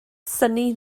synnu